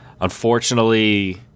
unfortunately